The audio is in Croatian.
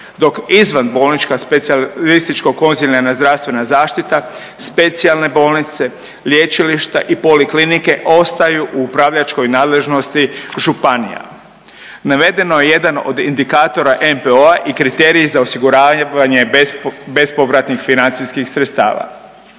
dok izvan bolnička specijalističko konzilijarna zdravstvena zaštita, specijalne bolnice, lječilišta i poliklinike ostaju u upravljačkoj nadležnosti županija. Navedeno je jedan od indikatora NPO-a i kriteriji za osiguravanje bespovratnih financijskih sredstava.